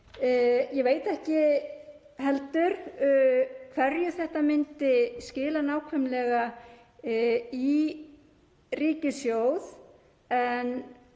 Ég veit ekki heldur hverju þetta myndi skila nákvæmlega í ríkissjóð en